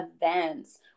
events